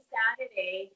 Saturday